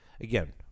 again